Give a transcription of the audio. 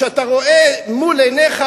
כשאתה רואה מול עיניך,